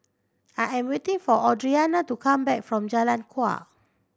I am waiting for Audrianna to come back from Jalan Kuak